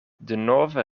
denove